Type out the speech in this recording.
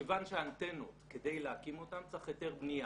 מכיוון שאנטנות, כדי להקים אותן צריך היתר בניה.